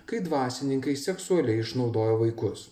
kai dvasininkai seksualiai išnaudojo vaikus